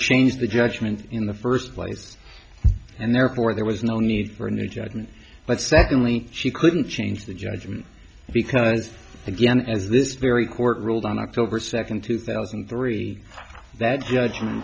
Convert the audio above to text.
changed the judgment in the first place and therefore there was no need for a new judgment but secondly she couldn't change the judgment because again as this very court ruled on october second two thousand and three that judg